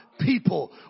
people